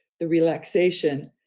the relaxation,